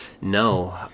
no